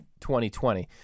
2020